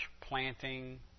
planting